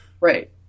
Right